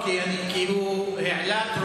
אני מבין ללבך.